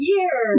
Year